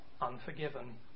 unforgiven